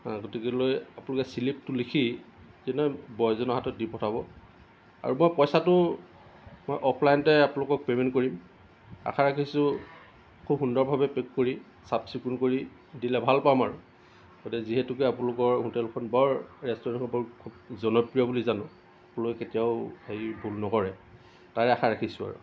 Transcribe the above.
গতিকে লৈ আপোনলোকে শ্লিপটো লিখি বয়জনৰ হাতত দি পঠাব আৰু মই পইচাটো মই অফলাইনতে আপোনলোকক পে'মেণ্ট কৰিম আশা ৰাখিছোঁ খুব সুন্দৰভাৱে পেক কৰি চাফ চিকুণ কৰি দিলে ভাল পাম আৰু গতিকে যিহেতুকৈ আপোনলোকৰ হোটেলখন বৰ ৰেষ্টুৰেণ্টখন বৰ খুব জনপ্ৰিয় বুলি জানো বোলে কেতিয়াও হেৰি ভুল নকৰে তাৰে আশা ৰাখিছোঁ আৰু